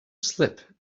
slip